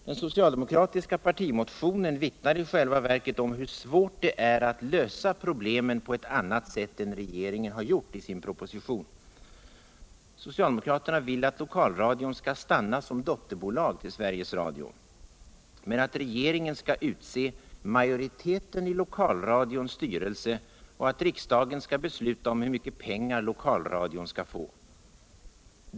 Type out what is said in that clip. Den socialdemokratiska partimotionen vittnar i själva verket om hur svårt det är att Jösa problemen på annat sätt än regeringen har gjort i sin proposition. Socialdemokraterna vill att lokalradion skall stanna som dotterbolag till Sveriges Radio, men att regeringen skall utse majoriteten i lokalradions styrelse och att riksdagen skall besluta om hur mycket pengar lokalradion skall få.